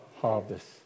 harvest